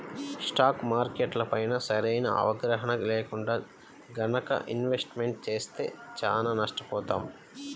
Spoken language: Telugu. స్టాక్ మార్కెట్లపైన సరైన అవగాహన లేకుండా గనక ఇన్వెస్ట్మెంట్ చేస్తే చానా నష్టపోతాం